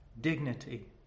dignity